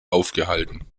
aufgehalten